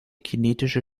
kinetische